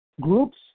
groups